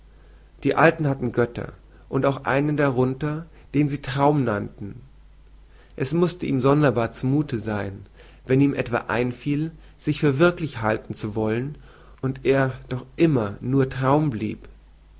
die alten hatten götter und auch einen darunter den sie traum nannten es mußte ihm sonderbar zu muthe sein wenn es ihm etwa einfiel sich für wirklich halten zu wollen und er doch immer nur traum blieb